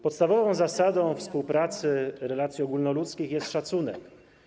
Podstawową zasadą współpracy, relacji ogólnoludzkich jest szacunek.